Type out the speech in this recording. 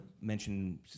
mention